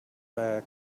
back